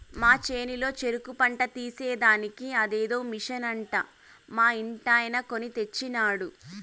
మా చేనులో చెరుకు పంట తీసేదానికి అదేదో మిషన్ అంట మా ఇంటాయన కొన్ని తెచ్చినాడు